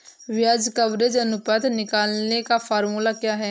ब्याज कवरेज अनुपात निकालने का फॉर्मूला क्या है?